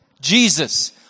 Jesus